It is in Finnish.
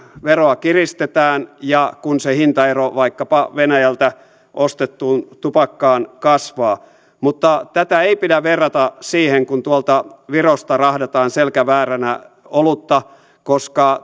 veroa kiristetään ja kun se hintaero vaikkapa venäjältä ostettuun tupakkaan kasvaa mutta tätä ei pidä verrata siihen kun tuolta virosta rahdataan selkä vääränä olutta koska